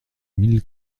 mille